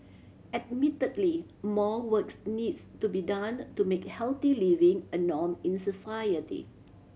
admittedly more works needs to be done to make healthy living a norm in society